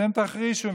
ואתם תחרישון".